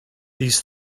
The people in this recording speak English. these